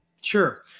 Sure